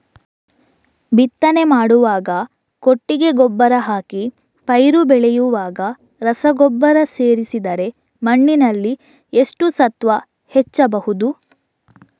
ಬಿತ್ತನೆ ಮಾಡುವಾಗ ಕೊಟ್ಟಿಗೆ ಗೊಬ್ಬರ ಹಾಕಿ ಪೈರು ಬೆಳೆಯುವಾಗ ರಸಗೊಬ್ಬರ ಸೇರಿಸಿದರೆ ಮಣ್ಣಿನಲ್ಲಿ ಎಷ್ಟು ಸತ್ವ ಹೆಚ್ಚಬಹುದು?